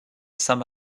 saint